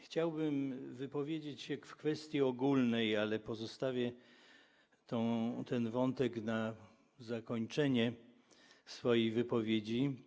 Chciałbym wypowiedzieć się w kwestii ogólnej, ale pozostawię ten wątek na zakończenie swojej wypowiedzi.